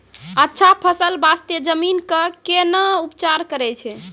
अच्छा फसल बास्ते जमीन कऽ कै ना उपचार करैय छै